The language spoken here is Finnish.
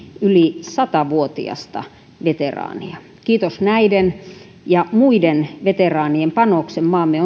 yli sata vuotiasta veteraania kiitos näiden ja muiden veteraanien panoksen maamme